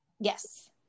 Yes